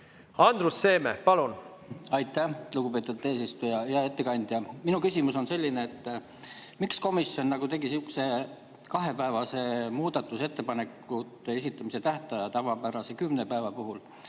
Andrus Seeme, palun! Aitäh, lugupeetud eesistuja! Hea ettekandja! Minu küsimus on selline, et miks komisjon tegi sihukese kahepäevase muudatusettepanekute esitamise tähtaja tavapärase kümne päeva asemel.